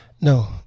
No